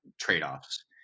trade-offs